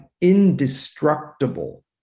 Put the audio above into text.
indestructible